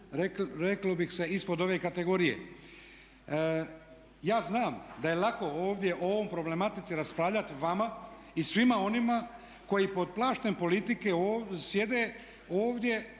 reklo bi se ispod ove kategorije. Ja znam da je lako ovdje o ovoj problematici raspravljati vama i svima onima koji pod plaštem politike ovdje